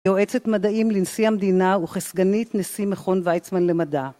יועצת מדעים לנשיא המדינה וכסגנית נשיא מכון ויצמן למדע